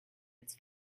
its